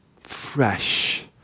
fresh